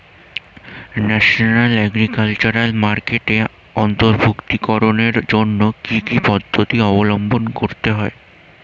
National agriculture মার্কেটে অন্তর্ভুক্তিকরণের জন্য কি কি পদ্ধতি অবলম্বন করতে হয়?